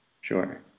Sure